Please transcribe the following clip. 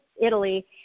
italy